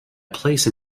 place